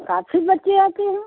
साथ ही बच्चे आते हैं